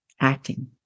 acting